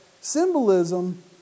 symbolism